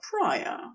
prior